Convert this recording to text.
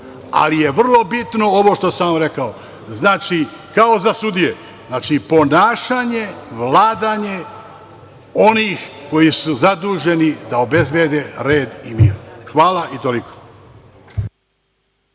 ali je vrlo bitno ovo što sam vam rekao. Znači, kao za sudije - ponašanje, vladanje onih koji su zaduženi da obezbede red i mir. Hvala i toliko.